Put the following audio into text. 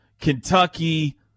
Kentucky